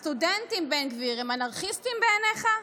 הסטודנטים, בן גביר, הם אנרכיסטים בעיניך?